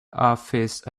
office